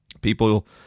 People